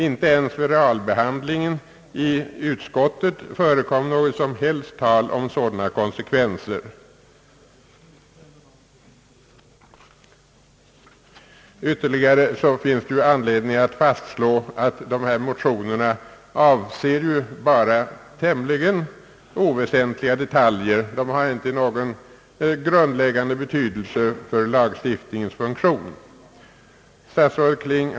Inte ens vid realbehandlingen i utskottet förekom något som helst tal om sådana konsekvenser. Ytterligare finns det anledning fastslå, att motionerna avser endast tämligen oväsentliga detaljer. De har inte någon grundläggande betydelse för lagstiftningens funktion.